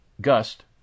gust